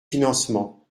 financement